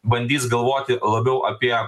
bandys galvoti labiau apie